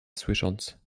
słysząc